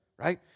Right